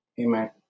Amen